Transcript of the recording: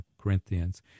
Corinthians